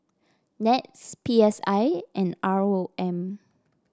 NETS P S I and R O M